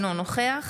אינו נוכח